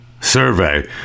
survey